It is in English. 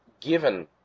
given